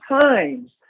times